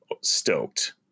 stoked